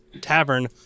Tavern